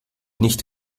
nicht